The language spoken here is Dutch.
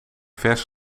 vers